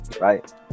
Right